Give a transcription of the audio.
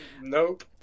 Nope